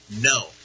No